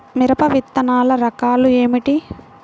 మిరప విత్తనాల రకాలు ఏమిటి?